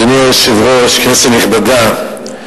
אדוני היושב-ראש, כנסת נכבדה,